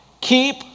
Keep